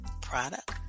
product